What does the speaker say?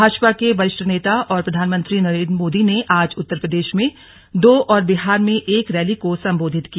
भाजपा के वरिष्ठ नेता और प्रधानमंत्री नरें द्व मोदी ने आज उ तार प्रदेश में दो और बिहार में एक रैली को सम्बोधित किया